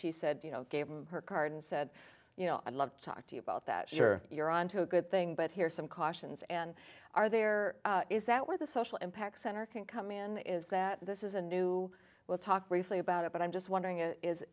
she said you know gave him her card and said you know i'd love to talk to you about that sure you're on to a good thing but here are some cautions and are there is that where the social impact center can come in is that this is a new we'll talk briefly about it but i'm just wondering i